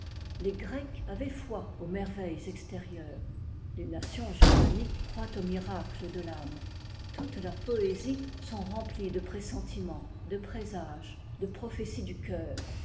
les grecs avaient foi aux merveilles extérieures les nations germaniques croient aux miracles de i me toutes leurs poésies sont remplies de pressentiments de présages de prophéties du cœur